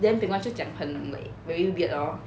then bing wen 就讲 like very weird lor